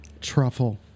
Truffle